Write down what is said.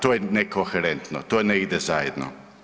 To je nekoherentno, to ne ide zajedno.